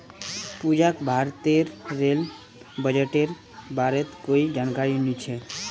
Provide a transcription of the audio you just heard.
पूजाक भारतेर रेल बजटेर बारेत कोई जानकारी नी छ